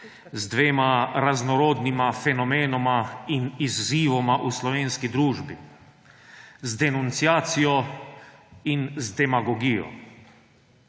z dvema raznorodnima fenomenoma in izzivoma v slovenski družbi – z denunciacijo in z demagogijo.